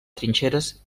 trinxeres